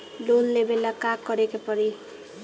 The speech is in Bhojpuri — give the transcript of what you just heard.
लोन लेबे ला का करे के पड़ी?